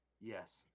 Yes